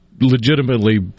legitimately